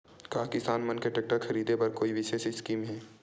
का किसान मन के टेक्टर ख़रीदे बर कोई विशेष स्कीम हे?